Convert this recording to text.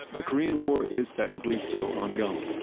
the korean war, is technically, still ongoing.